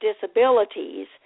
disabilities